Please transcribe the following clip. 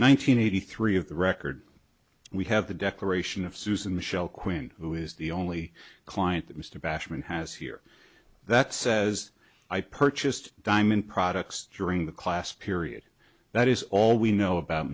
hundred eighty three of the record we have the declaration of susan michelle quinn who is the only client that mr basham has here that says i purchased diamond products during the class period that is all we know about